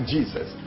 Jesus